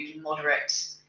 moderate